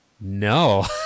No